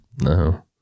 no